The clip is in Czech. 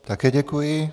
Také děkuji.